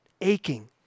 Aching